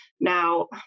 Now